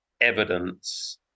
evidence